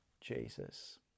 Jesus